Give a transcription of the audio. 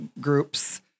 groups